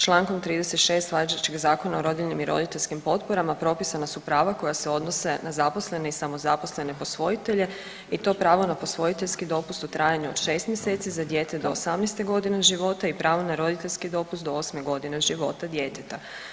Čl. 36 važećeg Zakona o rodiljnim i roditeljskim potporama propisana su prava koja se odnose na zaposlene i samozaposlene posvojitelje i to pravo na posvojiteljski dopust u trajanju od 6 mjeseci za dijete do 18. g. života i pravo na roditeljski dopust do 8. g. života djeteta.